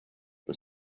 the